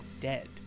dead